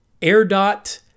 AirDot